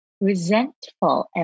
resentful